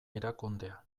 erakundea